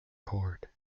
chord